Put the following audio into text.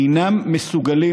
אינם מסוגלים,